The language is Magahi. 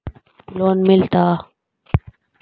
लोन मिलता?